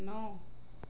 ন